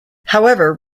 however